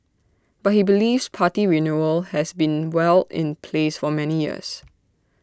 but he believes party renewal has been well in place for many years